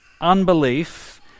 unbelief